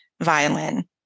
violin